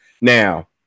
Now